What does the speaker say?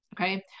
Okay